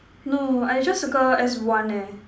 no I just circle as one leh